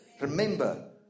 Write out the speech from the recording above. Remember